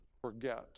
forget